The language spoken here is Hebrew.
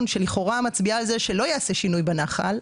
שלכאורה מצביעה על זה שלא ייעשה שינוי בנחל,